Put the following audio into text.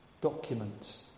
document